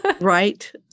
Right